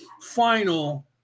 final